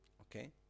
Okay